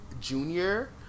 Junior